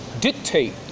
dictate